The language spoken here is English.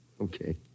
Okay